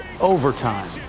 overtime